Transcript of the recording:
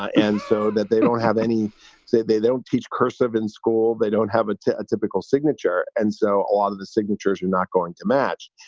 ah and so that they don't have any say, they they don't teach cursive in school. they don't have a typical signature. and so a lot of the signatures are not going to match.